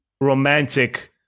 romantic